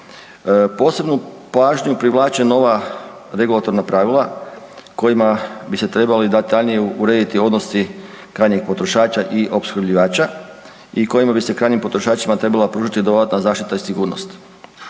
Posebnu pažnju privlače nova regulatorna pravila kojima bi se trebali detaljnije urediti odnosi krajnjeg potrošača i opskrbljivača i kojima bi se krajnjim potrošačima trebala pružiti dodatna zaštita i sigurnost.